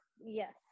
yes